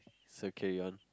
it's okay yawn